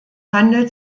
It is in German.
handelt